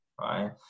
right